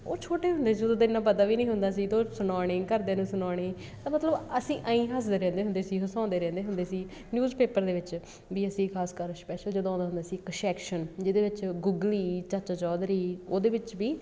ਉਹ ਛੋਟੇ ਹੁੰਦੇ ਸੀ ਜਦੋਂ ਤਾਂ ਇੰਨਾਂ ਪਤਾ ਵੀ ਨਹੀਂ ਹੁੰਦਾ ਸੀ ਤਾਂ ਉਹ ਸੁਣਾਉਣੇ ਘਰਦਿਆਂ ਨੂੰ ਸੁਣਾਉਣੇ ਤਾਂ ਮਤਲਬ ਅਸੀਂ ਐਂਈ ਹੱਸਦੇ ਰਹਿੰਦੇ ਹੁੰਦੇ ਸੀ ਹਸਾਉਂਦੇ ਰਹਿੰਦੇ ਹੁੰਦੇ ਸੀ ਨਿਊਜ਼ਪੇਪਰ ਦੇ ਵਿੱਚ ਵੀ ਅਸੀਂ ਖਾਸ ਕਰ ਸਪੈਸ਼ਲ ਜਦੋਂ ਆਉਂਦਾ ਹੁੰਦਾ ਸੀ ਇੱਕ ਸੈਕਸ਼ਨ ਜਿਹਦੇ ਵਿੱਚ ਗੂਗਲੀ ਚਾਚਾ ਚੌਧਰੀ ਉਹਦੇ ਵਿੱਚ ਵੀ